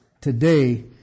today